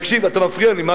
אתה מפריע לי,